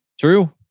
True